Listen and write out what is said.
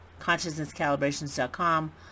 consciousnesscalibrations.com